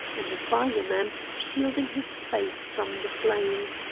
and a fireman, shielding his face from the flames,